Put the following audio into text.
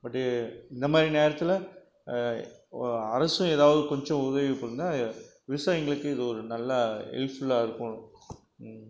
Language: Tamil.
பட்டு இந்த மாதிரி நேரத்தில் அரசும் ஏதாவது கொஞ்சம் உதவி பண்ணால் விவசாயிங்களுக்கு இது ஒரு நல்ல யூஸ் ஃபுல்லாகருக்கும்